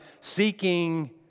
seeking